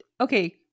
okay